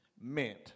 meant